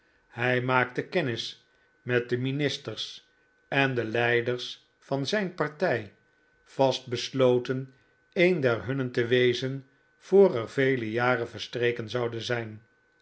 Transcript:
hij maakte kennis met de ministers en de leiders van zijn partij vast besloten een der hunnen te wezen voor er vele jaren verstreken zouden zijn